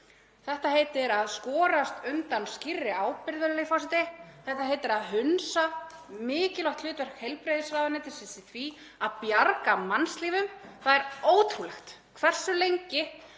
Þetta heitir að skorast undan skýrri ábyrgð, virðulegi forseti. Þetta heitir að hunsa mikilvægt hlutverk heilbrigðisráðuneytisins í því að bjarga mannslífum. Það er ótrúlegt hversu lengi